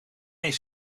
geen